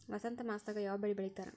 ವಸಂತ ಮಾಸದಾಗ್ ಯಾವ ಬೆಳಿ ಬೆಳಿತಾರ?